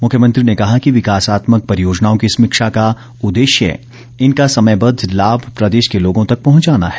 मुख्यमंत्री ने कहा कि विकासात्मक परियोजनाओं की समीक्षा का उददेश्य इनका समयदद्ध लाम प्रदेश के लोगों तक पहुंचाना है